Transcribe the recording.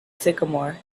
sycamore